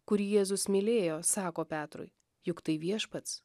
kurį jėzus mylėjo sako petrui juk tai viešpats